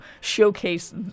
showcase